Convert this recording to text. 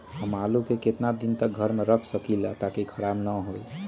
हम आलु को कितना दिन तक घर मे रख सकली ह ताकि खराब न होई?